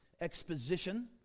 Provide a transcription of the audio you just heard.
exposition